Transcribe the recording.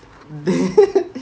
then